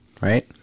Right